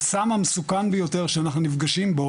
הסם המסוכן ביותר שאנחנו נפגשים בו